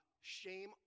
shame